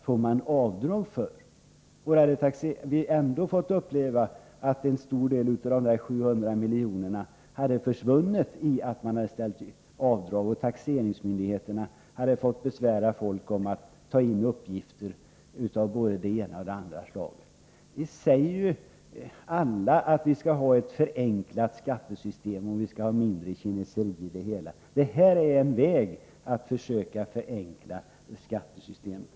Då hade vi ändå fått uppleva att en stor del av de där 700 miljonerna hade försvunnit genom dessa avdrag, och taxeringsmyndigheterna hade fått besvära folk genom att begära in uppgifter av både det ena och det andra slaget. Vi säger ju alla att vi skall ha ett förenklat skattesystem och inte så mycket kineseri. Detta är en väg att försöka förenkla skattesystemet.